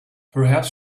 perhaps